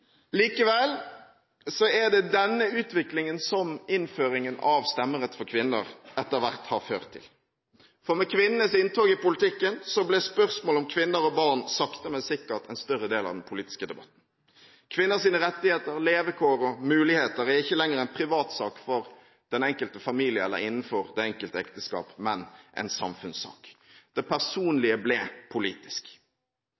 Likevel er det denne utviklingen innføringen av stemmerett for kvinner etter hvert har ført til. For med kvinnenes inntog i politikken ble spørsmålet om kvinner og barn sakte, men sikkert en større del av den politiske debatten. Kvinners rettigheter, levekår og muligheter er ikke lenger en privatsak for den enkelte familie eller innenfor det enkelte ekteskap, men en samfunnssak. Det